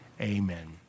Amen